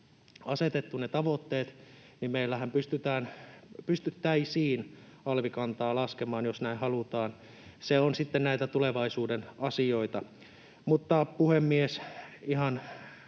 asetettu tavoitteet, niin meillähän pystyttäisiin alvikantaa laskemaan, jos näin halutaan. Se on sitten näitä tulevaisuuden asioita. Mutta, puhemies, ihan